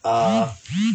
ah